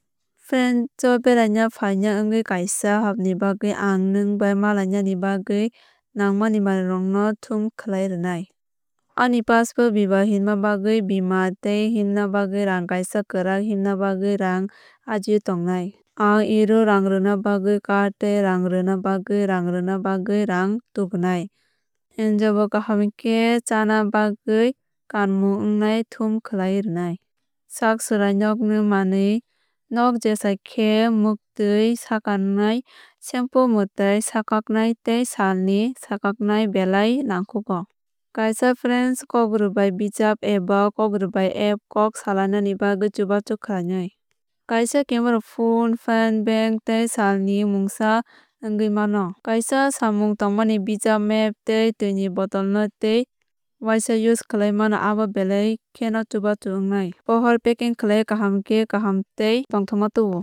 France o bairaina phaina wngwi kaisa hapni bagwi ang nwng bai malainani bagwi nangmani manwirokno thum khlaiwi rwnai. Ani passport visa himna bagwi bima tei himna bagwi rang kaisa kwrak himna bagwi rang ajio tongnai. Ang euro rang rwna bagwi kard tei rang rwna bagwi rang rwna bagwi rang tubunai. Ang bo kaham khe chána bagwi kanmug wngnai thum khlaiwi rwnai. Sak suklainok ni manwi rok jesa khe muktwi swkaknai shampoo mwtai swkaknai tei salni swkaknai belai nangkukgo. Kaisa French kokrwbai bijap eba kokrwbai app kok salainani bagwi chubachu khlainai. Kaisa camera phone phan bank tei salni mwngsa wngwi mano. Kaisa samung tangmani bijap map tei twini bottle no tei uáisa use khlaiwi mano abo belai kheno chubachu wngnai. Pohor packing khlaiwi kaham khe kaham tei tongthokma tubuo.